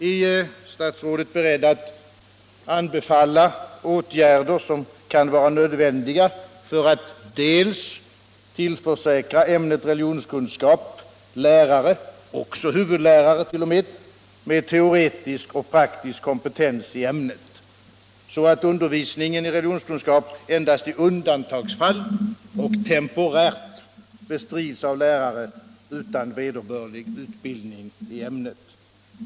Är statsrådet beredd att anbefalla åtgärder som kan vara nödvändiga för att tillförsäkra ämnet religionskunskap lärare — och huvudlärare — med teoretisk och praktisk kompetens i ämnet, så att undervisningen i religionskunskap endast i undantagsfall och temporärt bestrids av lärare utan vederbörlig utbildning i ämnet?